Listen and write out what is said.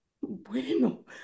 bueno